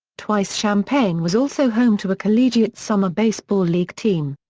twice champaign was also home to a collegiate summer baseball league team.